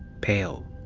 pale.